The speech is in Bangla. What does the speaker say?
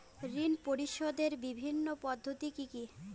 ঋণ পরিশোধের বিভিন্ন পদ্ধতি কি কি?